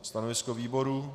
Stanovisko výboru?